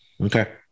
Okay